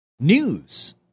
News